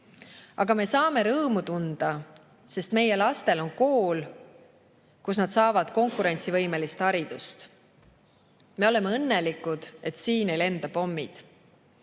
aga me saame rõõmu tunda, sest meie lastel on kool, kus nad saavad konkurentsivõimelist haridust, me oleme õnnelikud, et siin ei lenda pommid.